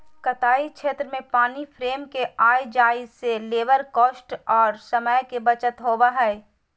कताई क्षेत्र में पानी फ्रेम के आय जाय से लेबर कॉस्ट आर समय के बचत होबय हय